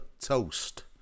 toast